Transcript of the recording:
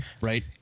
Right